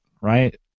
right